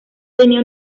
tenía